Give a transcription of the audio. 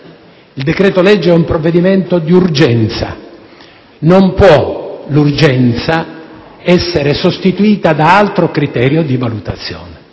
Il decreto‑legge è un provvedimento di urgenza; non può l'urgenza essere sostituita da altro criterio di valutazione.